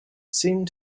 seemed